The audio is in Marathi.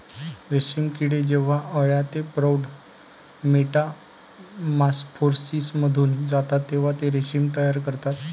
रेशीम किडे जेव्हा अळ्या ते प्रौढ मेटामॉर्फोसिसमधून जातात तेव्हा ते रेशीम तयार करतात